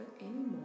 anymore